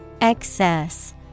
Excess